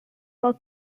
while